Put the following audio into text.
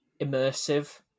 immersive